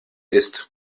ist